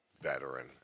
veteran